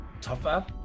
tougher